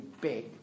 big